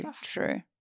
true